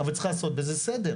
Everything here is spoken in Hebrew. אבל צריך בזה לעשות סדר.